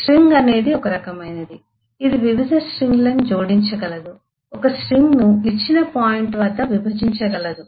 string అనేది ఒక రకమైనది ఇది వివిధ స్ట్రింగులను జోడించగలదు ఒక స్ట్రింగ్ను ఇచ్చిన పాయింట్ వద్ద విభజించగలదు